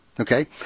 Okay